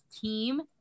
team